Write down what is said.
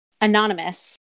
Anonymous